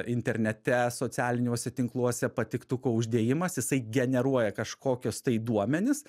internete socialiniuose tinkluose patiktuko uždėjimas jisai generuoja kažkokius tai duomenis